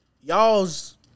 Y'all's